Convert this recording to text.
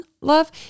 Love